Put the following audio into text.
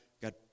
God